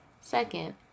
Second